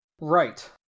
Right